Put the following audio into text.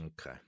Okay